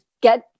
get